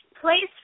place